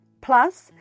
Plus